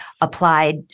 applied